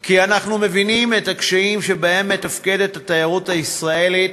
כי אנחנו מבינים את הקשיים שהתיירות הישראלית